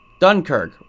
Dunkirk